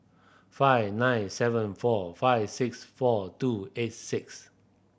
five nine seven four five six four two eight six